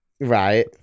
Right